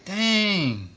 dang.